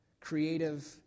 creative